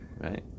Right